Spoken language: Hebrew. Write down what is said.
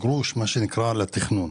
אחת עבור התכנון.